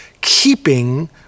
keeping